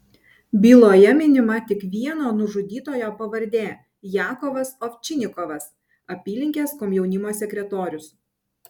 byloje minima tik vieno nužudytojo pavardė jakovas ovčinikovas apylinkės komjaunimo sekretorius